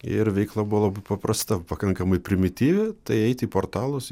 ir veikla buvo labai paprasta pakankamai primityvi tai eiti į portalus